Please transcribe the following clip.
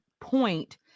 point